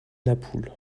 napoule